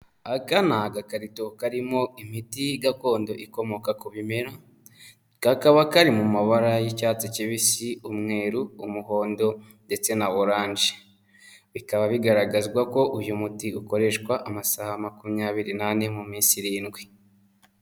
Aka ni agakarito karimo imiti gakondo ikomoka ku bimera, kakaba kari mu mabara y'icyatsi kibisi, umweru, umuhondo ndetse na oranje, bikaba bigaragazwa ko uyu muti ukoreshwa amasaha makumyabiri n'ane mu minsi irindwi.